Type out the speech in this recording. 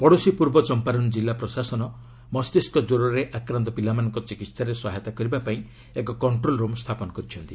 ପଡ଼ୋଶୀ ପୂର୍ବ ଚମ୍ପାରନ୍ କିଲ୍ଲା ପ୍ରଶାସନ ମସ୍ତିଷ୍କ କ୍ୱରରେ ଆକ୍ରାନ୍ତ ପିଲାମାନଙ୍କ ଚିକିତ୍ସାରେ ସହାୟତା କରିବାପାଇଁ ଏକ କଷ୍ଟ୍ରୋଲ୍ରୁମ୍ ସ୍ଥାପନ କରିଛନ୍ତି